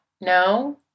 no